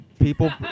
people